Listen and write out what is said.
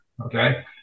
Okay